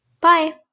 Bye